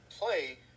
play